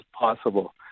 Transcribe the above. possible